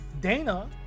Dana